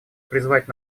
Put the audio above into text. призвать